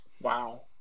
Wow